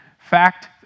fact